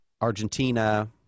Argentina